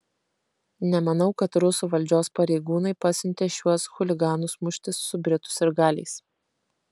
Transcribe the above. nemanau kad rusų valdžios pareigūnai pasiuntė šiuos chuliganus muštis su britų sirgaliais